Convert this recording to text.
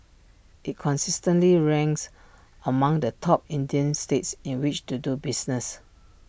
IT consistently ranks among the top Indian states in which to do business